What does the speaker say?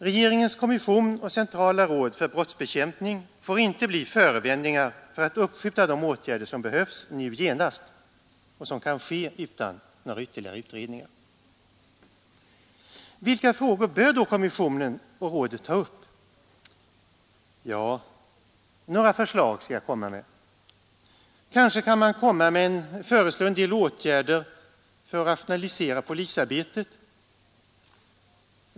Regeringens kommission och centrala råd för brottsbekämpning får inte bli förevändningar för att uppskjuta de åtgärder som behövs nu genast och som kan vidtas utan ytterligare utredningar. Vilka frågor bör då kommissionen och rådet ta upp? Ja, några förslag skall jag komma med. Kanske kan de föreslå en del åtgärder för att rationalisera polisarbetet.